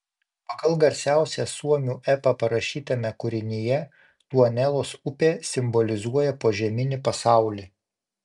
pagal garsiausią suomių epą parašytame kūrinyje tuonelos upė simbolizuoja požeminį pasaulį